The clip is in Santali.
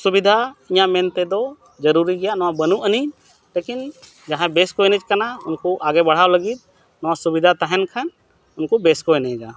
ᱥᱩᱵᱤᱫᱷᱟ ᱤᱧᱟᱹᱜ ᱢᱮᱱᱛᱮ ᱫᱚ ᱡᱟᱨᱩᱨᱤ ᱜᱮᱭᱟ ᱱᱚᱣᱟ ᱵᱟᱹᱱᱩᱜ ᱟᱹᱱᱤᱡ ᱞᱮᱠᱤᱱ ᱡᱟᱦᱟᱸᱭ ᱵᱮᱥ ᱠᱚ ᱮᱱᱮᱡ ᱠᱟᱱᱟ ᱩᱱᱠᱩ ᱟᱜᱮ ᱵᱟᱲᱦᱟᱣ ᱞᱟᱹᱜᱤᱫ ᱱᱚᱣᱟ ᱥᱩᱵᱤᱫᱷᱟ ᱛᱟᱦᱮᱱ ᱠᱷᱟᱱ ᱩᱱᱠᱩ ᱵᱮᱥ ᱠᱚ ᱮᱱᱮᱡᱟ